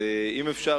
אם אפשר,